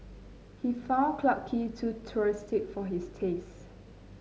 he found Clarke Quay too touristic for his taste